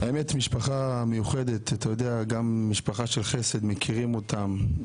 משפחה מיוחדת, משפחה של חסד, מכירים אותם.